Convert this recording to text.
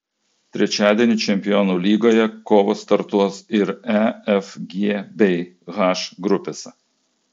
trečiadienį čempionų lygoje kovos startuos ir e f g bei h grupėse